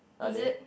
is it